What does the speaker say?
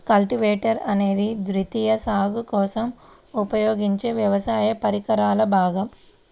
cultivator అనేది ద్వితీయ సాగు కోసం ఉపయోగించే వ్యవసాయ పరికరాల భాగం